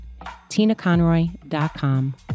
tinaconroy.com